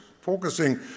focusing